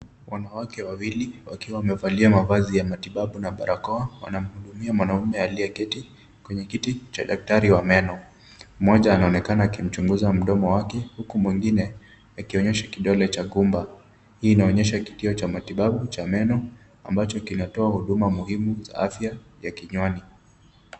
Wanawake wawili wakiwa wamevalia mavazi ya matibabu na barakoa wanamhudumia mwanaume aliyeketi kwenye kiti cha daktari wa meno. Mmoja anaonekana akimchunguza mdomo wake huku mwingine akionyesha kidole cha gumba. Hii inaonyesha kituo cha matibabu cha meno ambacho kinatoa huduma muhimu za afya ya kinywani.